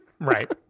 Right